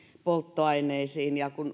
polttoaineisiin kun